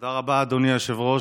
תודה רבה, אדוני היושב-ראש.